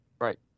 Right